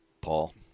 Paul